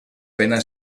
pena